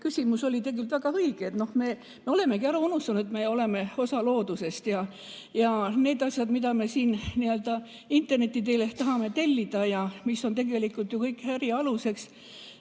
küsimus oli tegelikult väga õige. Me olemegi ära unustanud, et me oleme osa loodusest ja need asjad, mida me siin interneti teel ehk tahame tellida ja mis on tegelikult ju kõik äri aluseks,